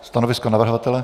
Stanovisko navrhovatele?